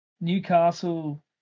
Newcastle